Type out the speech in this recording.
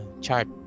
chart